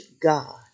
God